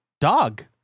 dog